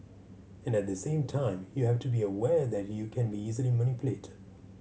and at the same time you have to be aware that you can be easily manipulated